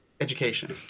Education